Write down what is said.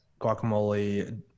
guacamole